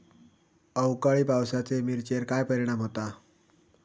अवकाळी पावसाचे मिरचेर काय परिणाम होता?